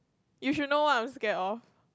you should know what I'm scared of